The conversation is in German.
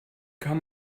kann